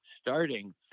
starting